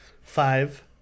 five